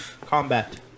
combat